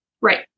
Right